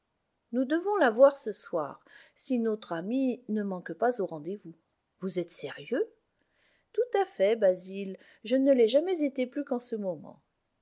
nous devons la voir ce soir si notre ami ne manque pas au rendez-vous vous êtes sérieux tout à fait basil je ne l'ai jamais été plus qu'en ce moment